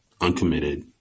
uncommitted